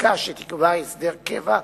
חקיקה שתקבע הסדר קבע,